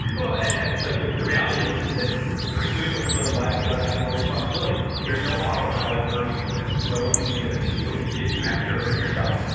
well and and like the the reality is, is that pursuing a fulfilling life does have more responsibility. there's no autopilot version of this. no one can give it to you. you have to earn it yourself.